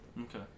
Okay